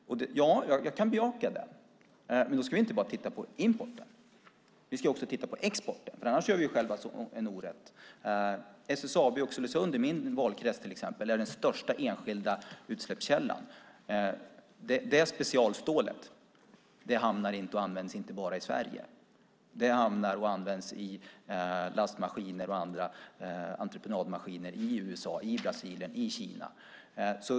Jag kan bejaka det. Men då ska vi inte bara se på importen, utan vi ska också se på exporten, för annars gör vi orätt. SSAB Oxelösund är till exempel den största enskilda utsläppskällan i min valkrets. Det specialstål som tillverkas där används inte bara i Sverige, utan det hamnar och används i lastmaskiner och andra entreprenadmaskiner i USA, Brasilien och Kina.